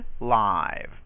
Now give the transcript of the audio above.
live